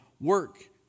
work